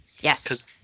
Yes